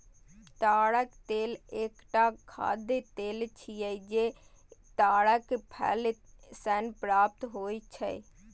ताड़क तेल एकटा खाद्य तेल छियै, जे ताड़क फल सं प्राप्त होइ छै